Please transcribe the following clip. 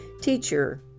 teacher